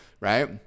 right